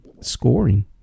scoring